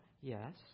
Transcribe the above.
Yes